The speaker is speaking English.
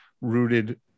rooted